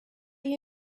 you